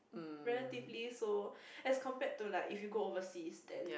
relatively so as compared to like if you go overseas then